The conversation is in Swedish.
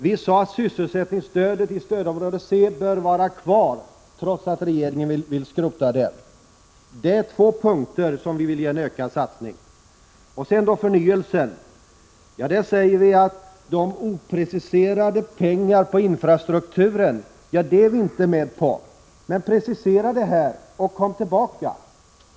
Vi sade att sysselsättningsstödet i stödområde C bör vara kvar, trots att regeringen vill skrota det. Det är alltså på två punkter som vi vill göra en ökad satsning. När det gäller förnyelse kan vi inte gå med på att anslå opreciserade pengar till infrastrukturen. Men precisera det anslaget och kom tillbaka!